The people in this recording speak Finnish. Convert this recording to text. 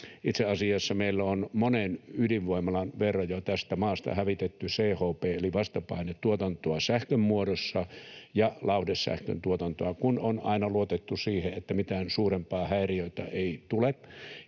Itse asiassa meillä on jo monen ydinvoimalan verran tästä maasta hävitetty CHP‑ eli vastapainetuotantoa sähkön muodossa ja lauhdesähkön tuotantoa, kun on aina luotettu siihen, että mitään suurempaa häiriötä ei tule.